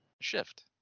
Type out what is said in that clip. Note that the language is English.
Shift